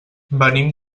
venim